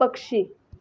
पक्षी